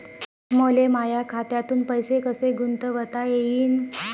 मले माया खात्यातून पैसे कसे गुंतवता येईन?